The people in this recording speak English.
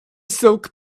silk